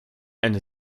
eine